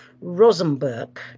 Rosenberg